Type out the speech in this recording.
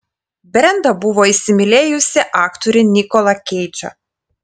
brenda buvo įsimylėjusi aktorių nikolą keidžą